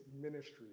ministry